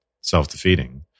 self-defeating